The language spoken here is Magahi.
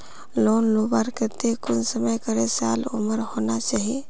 लोन लुबार केते कुंसम करे साल उमर होना चही?